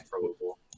probable